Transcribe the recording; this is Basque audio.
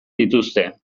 dituzte